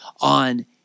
on